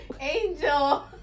Angel